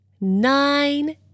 nine